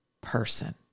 person